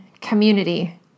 community